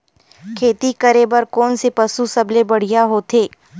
खेती करे बर कोन से पशु सबले बढ़िया होथे?